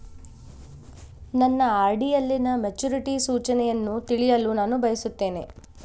ನನ್ನ ಆರ್.ಡಿ ಯಲ್ಲಿನ ಮೆಚುರಿಟಿ ಸೂಚನೆಯನ್ನು ತಿಳಿಯಲು ನಾನು ಬಯಸುತ್ತೇನೆ